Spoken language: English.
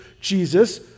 Jesus